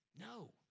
No